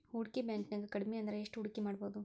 ಹೂಡ್ಕಿ ಬ್ಯಾಂಕ್ನ್ಯಾಗ್ ಕಡ್ಮಿಅಂದ್ರ ಎಷ್ಟ್ ಹೂಡ್ಕಿಮಾಡ್ಬೊದು?